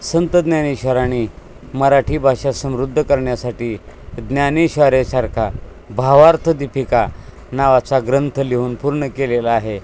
संत ज्ञानेश्वरानी मराठी भाषा समृद्ध करण्यासाठी ज्ञानेश्वरीसारखा भावार्थ दीपिका नावाचा ग्रंथ लिहून पूर्ण केलेला आहे